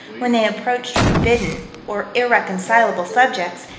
when they approached forbidden or irreconcilable subjects,